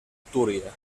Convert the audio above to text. túria